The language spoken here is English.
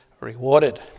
rewarded